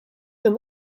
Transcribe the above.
and